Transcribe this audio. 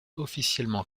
officiellement